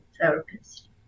therapist